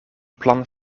plan